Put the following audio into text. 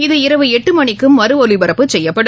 இது இரவு எட்டுமணிக்கும் மறு ஒலிபரப்பு செய்யப்படும்